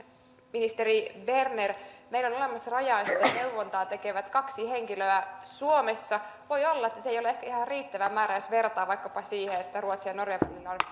ministeri berner meillä on olemassa rajaesteneuvontaa tekevät kaksi henkilöä suomessa voi olla että se ei ole ehkä ihan riittävä määrä jos verrataan vaikkapa siihen että ruotsin ja norjan